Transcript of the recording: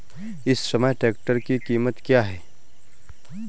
इस समय ट्रैक्टर की कीमत क्या है?